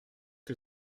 que